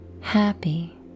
Happy